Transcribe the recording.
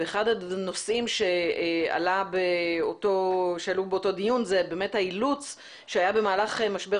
ואחד הנושאים שעלה באותו דיון זה האילוץ שהיה במהלך משבר